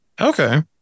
Okay